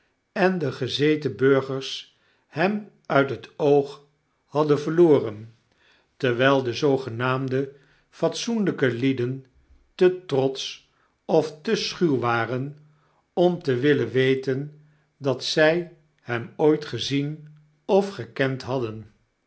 en de gezeten burgers hem uit hetoog hadden verloren terwyl de zoogenaamde fatsoenlyke lieden te trotsch of te schuw waren om te willen weten dat zij hem ooit gezien of gekend hadden